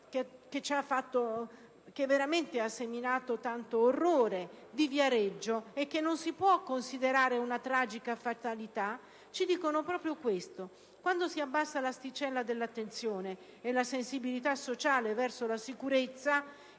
che ha seminato tanto orrore e che non si può considerare una tragica fatalità, ci dicono proprio questo: quando si abbassa l'asticella dell'attenzione e la sensibilità sociale verso la sicurezza